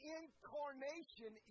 incarnation